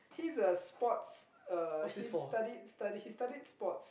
he's a sports uh he studied studied he studied sports